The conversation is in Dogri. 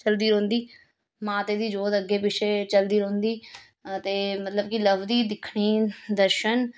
चलदी रौह्न्दी माता दी जोत अग्गें पिच्छे चलदी रौह्न्दी ते मतलब कि लभदी दिक्खने गी दर्शन